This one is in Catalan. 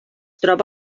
troba